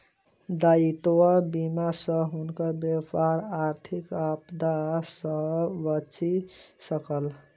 दायित्व बीमा सॅ हुनकर व्यापार आर्थिक आपदा सॅ बचि सकल